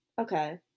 okay